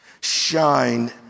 shine